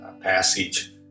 passage